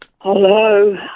Hello